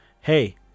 hey